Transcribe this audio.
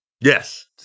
Yes